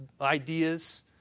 ideas